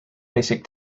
basic